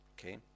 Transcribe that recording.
okay